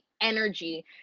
energy